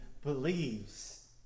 believes